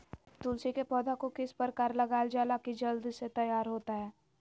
तुलसी के पौधा को किस प्रकार लगालजाला की जल्द से तैयार होता है?